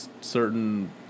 certain